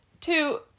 two